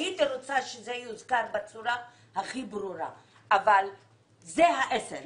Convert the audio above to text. הייתי רוצה שזה יוזכר בצורה הכי ברורה אבל זה האסנס